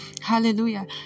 Hallelujah